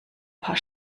paar